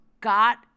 got